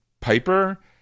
Piper